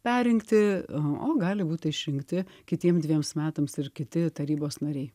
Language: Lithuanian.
perrinkti o gali būti išrinkti kitiem dviems metams ir kiti tarybos nariai